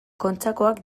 kontxakoak